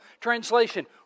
Translation